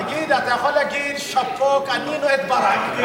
תגיד, אתה יכול להגיד: שאפו, קנינו את ברק.